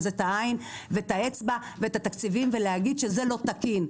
זה את העין ואת האצבע ואת התקציבים ולהגיד שזה לא תקין.